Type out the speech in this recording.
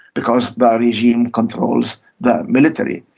because the regime controls the military.